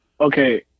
Okay